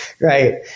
Right